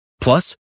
Plus